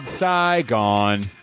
Saigon